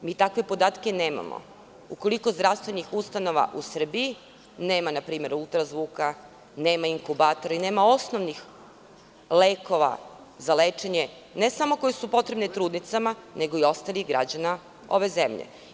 Mi takve podatke nemamo - u koliko zdravstvenih ustanova u Srbiji nema ultrazvuka, inkubatora i osnovnih lekova za lečenje, ne samo koji su potrebni trudnicama, nego i ostalim građanima ove zemlje.